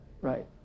Right